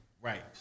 right